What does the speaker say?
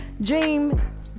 dream